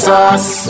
Sauce